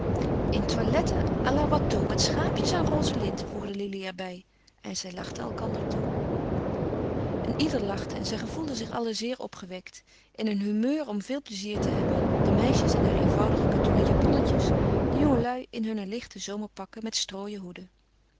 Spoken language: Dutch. in toiletten à la watteau met schaapjes aan roze linten voegde lili er bij en zij lachten elkander toe een ieder lachte en zij gevoelden zich allen zeer opgewekt in een humeur om veel plezier te hebben de meisjes in haar eenvoudige katoenen japonnetjes de jongelui in hunne lichte zomerpakken met strooien hoeden